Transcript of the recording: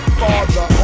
father